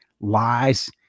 lies